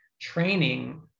training